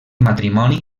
matrimoni